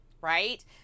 Right